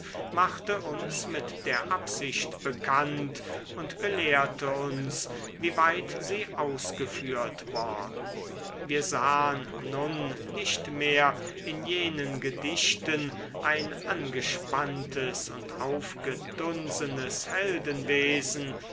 machte uns mit der absicht bekannt und belehrte uns wie weit sie ausgeführt worden wir sahen nun nicht mehr in jenen gedichten ein angespanntes und aufgedunsenes